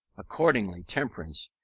accordingly, temperance,